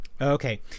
Okay